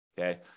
okay